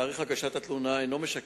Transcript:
חבר הכנסת דוד אזולאי ביקש לדון בפרסום שלפיו